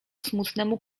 smutnemu